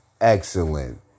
excellent